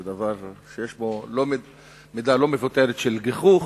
זה דבר שיש בו מידה לא מבוטלת של גיחוך.